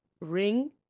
Ring